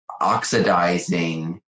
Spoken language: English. oxidizing